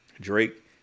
Drake